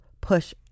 push